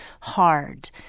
hard